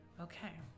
Okay